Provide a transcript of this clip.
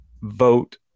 vote